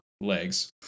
legs